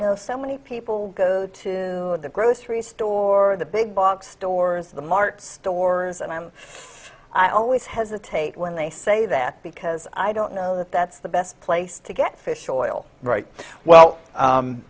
know so many people go to the grocery store or the big box stores or the mart stores and i'm always hesitate when they say that because i don't know that that's the best place to get fish oil right well